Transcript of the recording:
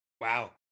Wow